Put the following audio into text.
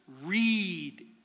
read